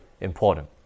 important